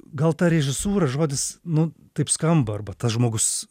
gal ta režisūra žodis nu taip skamba arba tas žmogus